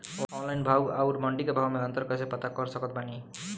Online भाव आउर मंडी के भाव मे अंतर कैसे पता कर सकत बानी?